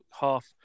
half